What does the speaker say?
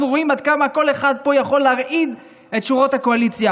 אנחנו רואים עד כמה כל אחד פה יכול להרעיד את שורות הקואליציה.